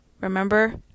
remember